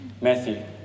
Matthew